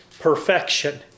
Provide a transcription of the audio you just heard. perfection